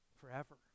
forever